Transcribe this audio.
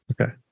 Okay